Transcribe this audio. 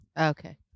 Okay